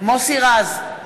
מוסי רז,